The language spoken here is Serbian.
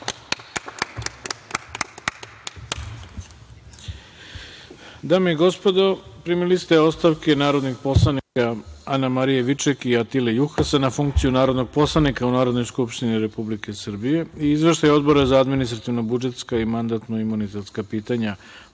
Dame i gospodo, primili ste ostavke narodnih poslanika Ane Marije Viček i Atile Juhasa na funkciju narodnog poslanika u Narodnoj skupštini Republike Srbije i Izveštaj Odbora za administrativno-budžetska i mandatno-imunitetska pitanja